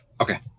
Okay